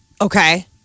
Okay